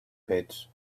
pits